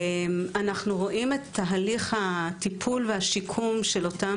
אנו רואים את תהליך הטיפול והשיקום של אותם